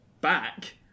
back